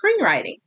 screenwriting